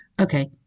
Okay